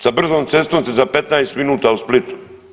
Sa brzom cestom si za 15 minuta u Splitu.